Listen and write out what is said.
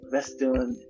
Western